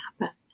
happen